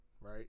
right